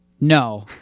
No